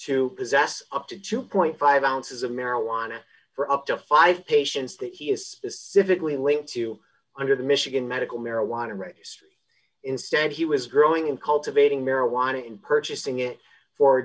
to possess up to two dollars ounces of marijuana for up to five patients that he is specifically linked to under the michigan medical marijuana race instead he was growing in cultivating marijuana in purchasing it for